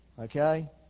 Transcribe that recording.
Okay